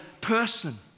person